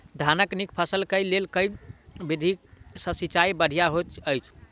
धानक नीक फसल केँ लेल केँ विधि सँ सिंचाई बढ़िया होइत अछि?